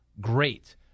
great